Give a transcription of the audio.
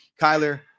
Kyler